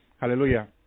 hallelujah